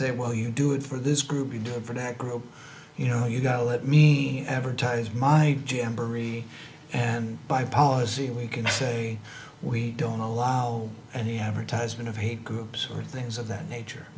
say well you do it for this group you do it for that group you know you gotta let me advertise my j m barrie and by policy we can say we don't allow any advertisement of hate groups or things of that nature